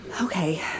Okay